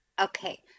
Okay